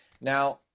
Now